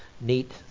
neat